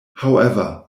however